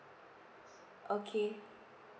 okay